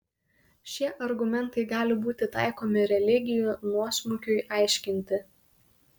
šie argumentai gali būti taikomi religijų nuosmukiui aiškinti